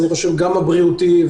גם הבריאותי,